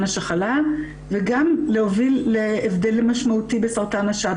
השחלה וגם להוביל להבדל המשמעותי בסרטן השד,